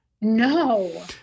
No